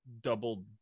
double